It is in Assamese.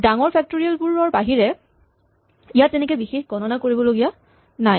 ডাঙৰ ফেক্টৰিয়েল বোৰৰ বাহিৰে ইয়াত তেনেকে বিশেষ গণনা কৰিব লগা নাই